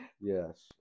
Yes